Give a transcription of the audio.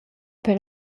per